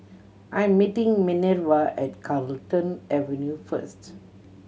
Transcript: I'm meeting Manerva at Carlton Avenue first